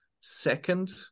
second